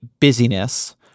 busyness